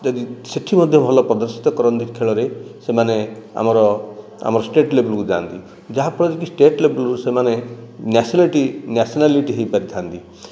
ଯଦି ସେଠି ମଧ୍ୟ ଭଲ ପ୍ରଦର୍ଶିତ କରନ୍ତି ଖେଳରେ ସେମାନେ ଆମର ଆମର ଷ୍ଟେଟ୍ ଲେବୁଲ କୁ ଯାଆନ୍ତି ଯାହାଫଳରେ କି ଷ୍ଟେଟ୍ ଲେବୁଲରେ ସେମାନେ ନ୍ୟାସନାଲିଟି ହୋଇ ପାରିଥାନ୍ତି